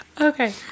Okay